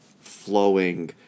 flowing